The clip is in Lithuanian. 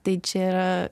tai čia yra